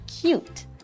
cute